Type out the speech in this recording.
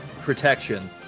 protection